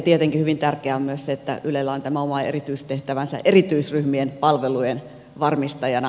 tietenkin hyvin tärkeää on myös se että ylellä on tämä oma erityistehtävänsä erityisryhmien palvelujen varmistajana